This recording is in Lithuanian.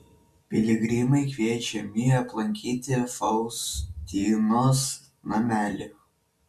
piligrimai kviečiami aplankyti faustinos namelį